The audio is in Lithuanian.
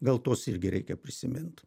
gal tuos irgi reikia prisimint